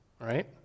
right